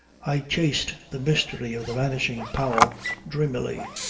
i chased the mystery of the vanishing powell dreamily,